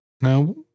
Now